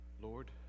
Lord